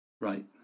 Right